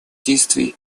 действия